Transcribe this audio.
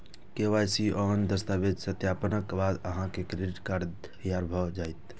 KYC आ आन दस्तावेजक सत्यापनक बाद अहांक क्रेडिट कार्ड तैयार भए जायत